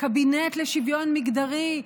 בקבינט לשוויון מגדרי,